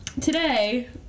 today